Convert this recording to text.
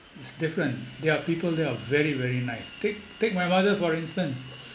it's different there are people there are very very nice take take my mother for instance